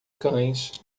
cães